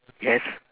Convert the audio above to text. yes